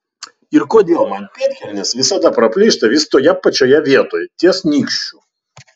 ir kodėl man pėdkelnės visada praplyšta vis toje pačioje vietoj ties nykščiu